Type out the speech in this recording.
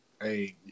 Hey